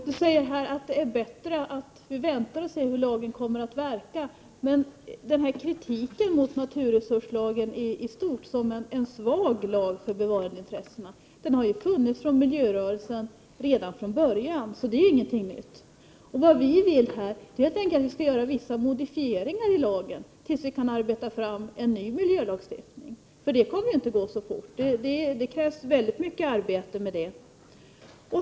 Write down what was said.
Herr talman! Lennart Nilsson vill att vi skall vänta och se hur lagen kommer att verka. Men kritiken mot naturresurslagen går i stort ut på att den är en svag lag för bevarandeintressena. Kritiken har ju funnits från miljörörelsen redan från början, så det är inte något nytt. Vad vi vill är helt enkelt att vi skall göra vissa modifieringar i lagen, tills vi kan arbeta fram en ny miljölagstiftning, för det kommer ju inte att gå så fort — det krävs väldigt mycket arbete med det.